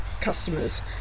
customers